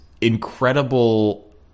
incredible